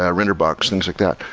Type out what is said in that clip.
ah renderbox? things like that.